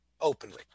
openly